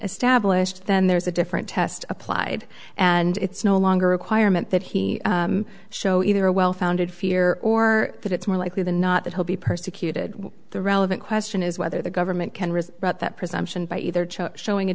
established then there's a different test applied and it's no longer requirement that he show either a well founded fear or that it's more likely than not that he'll be persecuted the relevant question is whether the government can reason about that presumption by either chuck showing a